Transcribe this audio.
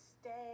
stay